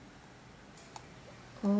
oh